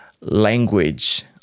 language